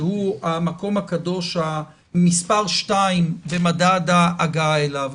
שהוא המקום הקדוש מס' 2 במדד ההגעה אליו.